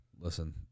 Listen